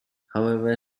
however